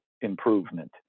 improvement